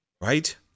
Right